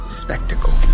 spectacle